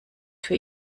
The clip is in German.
für